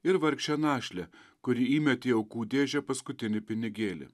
ir vargšę našlę kuri įmetė į aukų dėžę paskutinį pinigėlį